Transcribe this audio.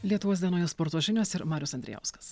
lietuvos dienoje sporto žinios ir marius andrijauskas